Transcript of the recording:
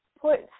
put